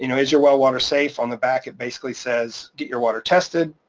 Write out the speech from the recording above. you know is your well water safe on the back, it basically says get your water tested.